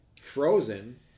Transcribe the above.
frozen